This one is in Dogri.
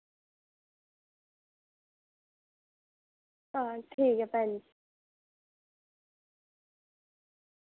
आं ठीक ऐ भैन जी